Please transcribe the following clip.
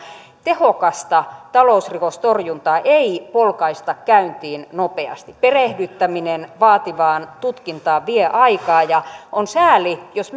tehokasta talousrikostorjuntaa ei polkaista käyntiin nopeasti perehdyttäminen vaativaan tutkintaan vie aikaa ja on sääli jos